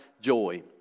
joy